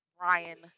Ryan